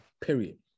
period